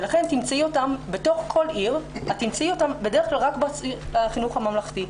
ולכן בתוך כל עיר את תמצאי אותם בדרך כלל רק בחינוך הממלכתי,